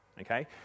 Okay